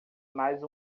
mais